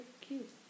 cute